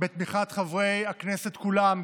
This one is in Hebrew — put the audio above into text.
בתמיכת חברי הכנסת כולם,